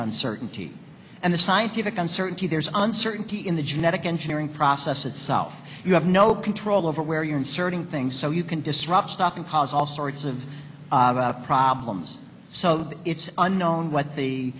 uncertainty and the scientific uncertainty there's uncertainty in the genetic engineering process itself you have no control over where you're inserting things so you can disrupt stuff and cause all sorts of problems so that it's unknown what the